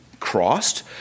Crossed